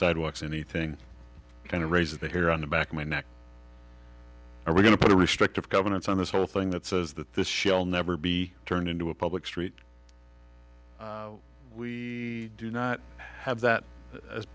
sidewalks anything kind of raise the here on the back of my neck we're going to put a restrictive covenants on this whole thing that says that this shall never be turned into a public street we do not have that as